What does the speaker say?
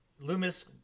loomis